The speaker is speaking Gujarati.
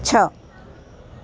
છ